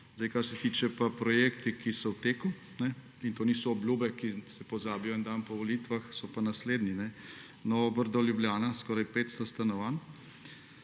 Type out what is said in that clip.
Kar se tiče pa projektov, ki so v teku, in to niso obljube, ki se pozabijo en dan po volitvah, so pa naslednji: Novo Brdo Ljubljana, skoraj 500 stanovanj;